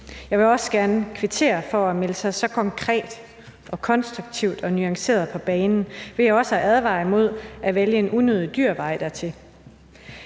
Jeg vil også gerne kvittere for, at han melder sig så konkret og konstruktivt og nuanceret på banen ved også at advare imod at vælge en unødig dyr vej dertil.